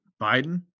Biden